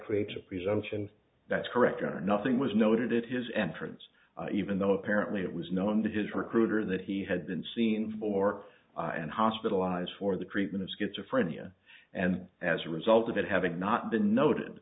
creates a presumption that correct or nothing was noted at his entrance even though apparently it was known to his recruiter that he had been seen for and hospitalized for the treatment of schizophrenia and as a result of it having not been noted